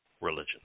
religion